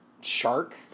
shark